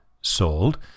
sold